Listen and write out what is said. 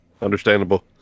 Understandable